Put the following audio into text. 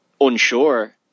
unsure